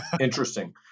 Interesting